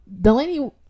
delaney